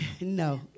No